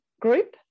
group